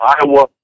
Iowa